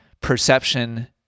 perception